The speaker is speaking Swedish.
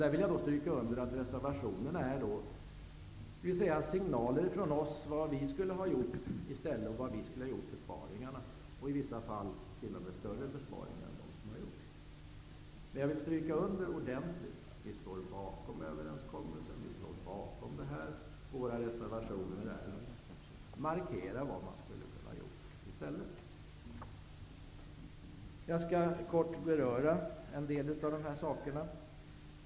Jag vill understryka att reservationerna är signaler från oss om vad vi skulle ha gjort i stället och var vi skulle ha gjort besparingarna. I vissa fall skulle vi t.o.m. ha gjort större besparingar än de som har gjorts. Men jag vill stryka under ordentligt att vi står bakom överenskommelsen och att våra reservationer är en markering av vad man skulle kunna ha gjort i stället. Jag skall kort beröra en del av dessa saker.